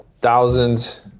Thousands